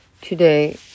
Today